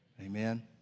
Amen